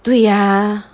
对 ah